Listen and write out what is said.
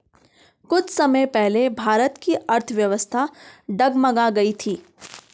कुछ समय पहले भारत की अर्थव्यवस्था डगमगा गयी थी